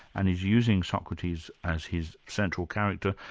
and is using socrates as his central character,